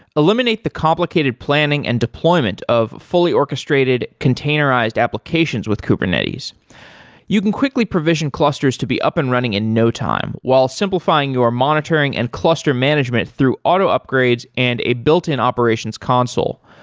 eliminate the complicated planning and deployment of fully orchestrated containerized applications with kubernetes you can quickly provision clusters to be up and running in no time, while simplifying your monitoring and cluster management through auto upgrades and a built-in operations console.